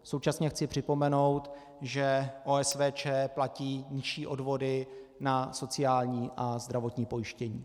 Současně chci připomenout, že OSVČ platí nižší odvody na sociální a zdravotní pojištění.